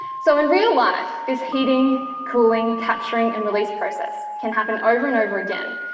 so in real life this heating, cooling, capturing and release process can happen over and over again,